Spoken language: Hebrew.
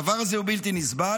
הדבר הזה הוא בלתי נסבל,